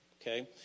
okay